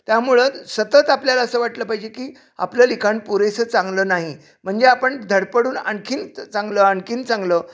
त्यामुळं सतत आपल्याला असं वाटलं पाहिजे की आपलं लिखाण पुरेसं चांगलं नाही म्हणजे आपण धडपडून आणखी चांगलं आणखी चांगलं